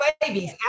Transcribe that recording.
babies